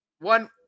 one